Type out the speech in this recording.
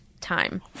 time